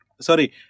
Sorry